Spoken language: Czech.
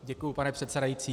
Děkuji, pane předsedající.